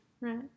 Right